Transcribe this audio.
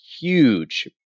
huge